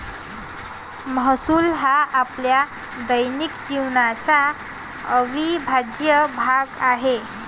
महसूल हा आपल्या दैनंदिन जीवनाचा अविभाज्य भाग आहे